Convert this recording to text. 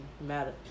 matter